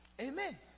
Amen